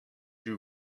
you